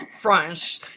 French